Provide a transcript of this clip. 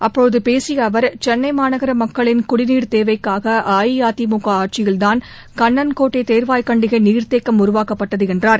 அப்போது பேசிய அவர் சென்னை மரநகர மக்களின் குடிநீர் தேவைக்காக அஇஅதிமுக ஆட்சியில்தான் கண்ணன்கோட்டை தேர்வாய்கண்டிகை நீாத்தேக்கம் உருவாக்கப்பட்டது என்றார்